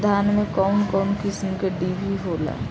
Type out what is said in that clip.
धान में कउन कउन किस्म के डिभी होला?